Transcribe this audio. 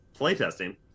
playtesting